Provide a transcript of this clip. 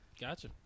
Gotcha